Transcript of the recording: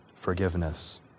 forgiveness